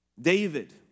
David